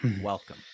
Welcome